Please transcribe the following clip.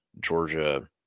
Georgia